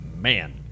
man